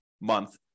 month